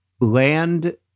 land